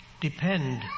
depend